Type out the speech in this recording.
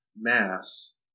mass